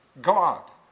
God